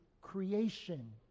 creation